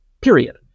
Period